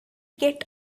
get